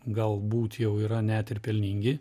galbūt jau yra net ir pelningi